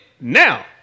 now